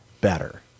better